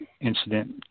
incident